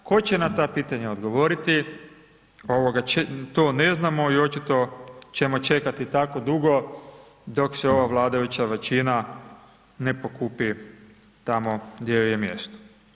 Tko će na ta pitanja odgovoriti, to ne znamo i očito ćemo čekati tako dugo, dok se ova vladajuća većina ne pokupi tamo gdje joj je mjesto.